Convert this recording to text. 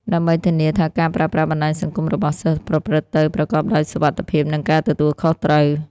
ដើម្បីធានាថាការប្រើប្រាស់បណ្ដាញសង្គមរបស់សិស្សប្រព្រឹត្តទៅប្រកបដោយសុវត្ថិភាព និងការទទួលខុសត្រូវ។